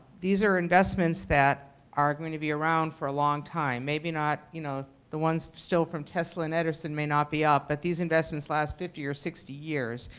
these are investments that are going to be around for a long time, maybe not you know the ones still from tesla and edison may not be up, but these investments, last fifty or sixty years,